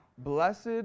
Blessed